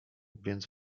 więc